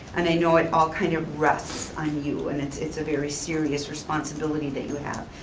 and i know it all kind of rests on you, and it's it's a very serious responsibility that you have.